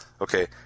Okay